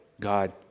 God